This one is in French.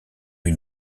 une